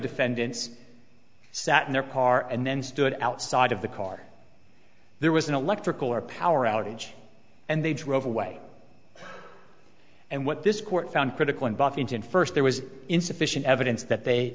defendants sat in their car and then stood outside of the car there was an electrical or power outage and they drove away and what this court found critical in buffington first there was insufficient evidence that they